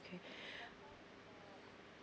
okay